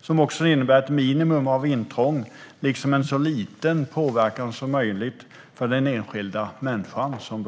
som också innebär ett minimum av intrång liksom en så liten påverkan som möjligt för den enskilda människan.